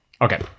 Okay